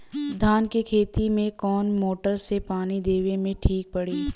धान के खेती मे कवन मोटर से पानी देवे मे ठीक पड़ी?